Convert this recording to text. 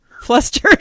Flustered